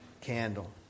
Candle